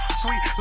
sweet